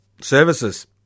services